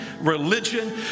religion